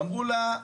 ואמרו לה: